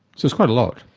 so it's quite a lot.